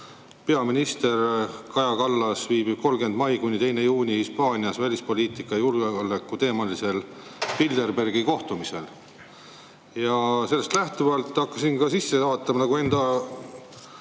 peaminister Kaja Kallas viibib 30. maist kuni 2. juunini Hispaanias välispoliitika- ja julgeolekuteemalisel Bilderbergi kohtumisel. Ja sellest lähtuvalt hakkasin enda huvides vaatama, mida